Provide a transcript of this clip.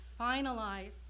finalize